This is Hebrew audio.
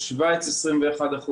בשווייץ 21%,